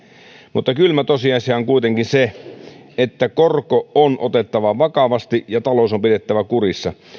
mutta kylmä tosiasia on kuitenkin se että korko on otettava vakavasti ja talous on pidettävä kurissa